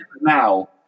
now